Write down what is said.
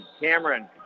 Cameron